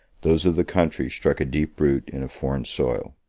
those of the country struck a deep root in a foreign soil.